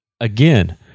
Again